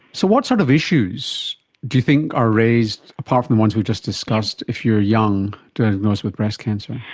so what sort of issues do you think are raised, apart from the ones we've just discussed, if you're young and diagnosed with breast cancer?